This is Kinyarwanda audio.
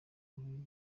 nkuru